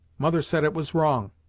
mother said it was wrong.